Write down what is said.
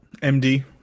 MD